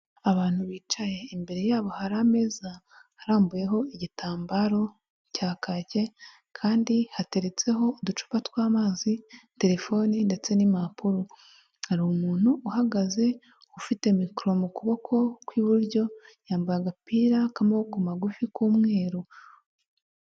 Abantu bicaye, imbere yabo hari ameza arambuyeho igitambaro cya kacye kandi hateretseho uducupa tw'amazi, terefone ndetse n'impapuro. Hari umuntu uhagaze, ufite mikoro mu kuboko kw'iburyo, yambaye agapira k'amaboko magufi k'umweru.